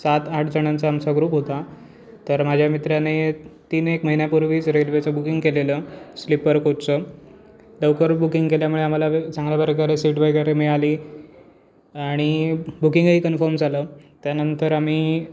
सातआठ जणांचा आमचा ग्रुप होता तर माझ्या मित्राने तीन एक महिन्यापूर्वीच रेल्वेचं बुकिंग केलेलं स्लीपर कोच लवकर बुकिंग केल्यामुळे आम्हाला चांगल्या प्रकारे सीट वगैरे मिळाली आणि बुकिंगही कन्फर्म झालं त्यानंतर आम्ही